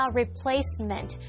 replacement